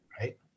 right